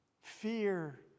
fear